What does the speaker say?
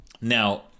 Now